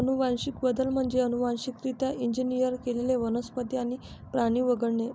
अनुवांशिक बदल म्हणजे अनुवांशिकरित्या इंजिनियर केलेले वनस्पती आणि प्राणी वगळणे